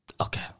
Okay